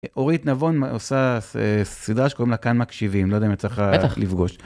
אורית נבון עושה סדרה שקוראים לה כאן מקשיבים לא יודע אם יצא לך לפגוש.